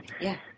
Yes